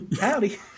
Howdy